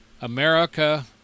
America